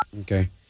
Okay